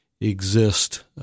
exist